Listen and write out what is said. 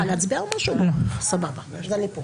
שאנרכיסטים.